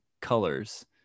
colors